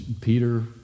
Peter